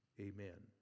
Amen